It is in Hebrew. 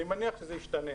אני מניח שזה ישתנה.